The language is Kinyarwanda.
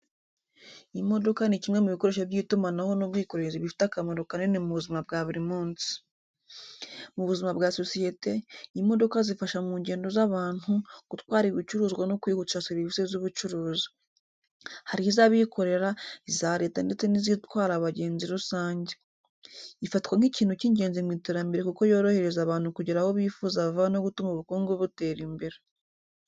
Imodoka ni kimwe mu bikoresho by’itumanaho n'ubwikorezi bifite akamaro kanini mu buzima bwa buri munsi. Mu buzima bwa sosiyete, imodoka zifasha mu ngendo z’abantu, gutwara ibicuruzwa no kwihutisha serivisi z’ubucuruzi. Hari iz’abikorera, iza leta ndetse n’izitwara abagenzi rusange. Ifatwa nk’ikintu cy’ingenzi mu iterambere kuko yorohereza abantu kugera aho bifuza vuba no gutuma ubukungu butera imbere.